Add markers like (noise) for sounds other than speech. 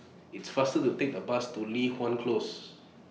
(noise) It's faster to Take The Bus to Li Hwan Close